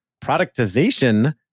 productization